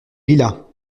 lilas